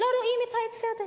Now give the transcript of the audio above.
לא רואים את האי-צדק,